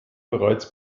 bereits